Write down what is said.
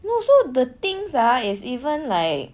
no so the things ah is even like